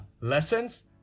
lessons